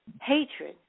hatred